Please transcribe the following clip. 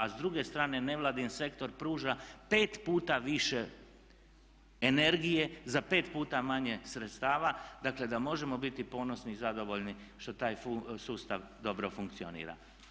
A s druge strane nevladin sektor pruža 5 puta više energije za 5 puta manje sredstava, dakle da možemo biti ponosni i zadovoljni što taj sustav dobro funkcionira.